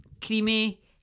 creamy